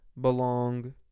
belong